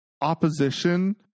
opposition